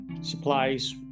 supplies